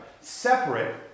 Separate